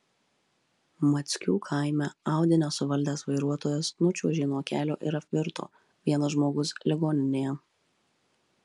mackių kaime audi nesuvaldęs vairuotojas nučiuožė nuo kelio ir apvirto vienas žmogus ligoninėje